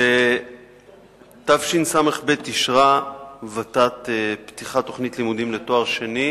1 2. בתשס"ב אישרה הות"ת פתיחת תוכנית לימודים לתואר שני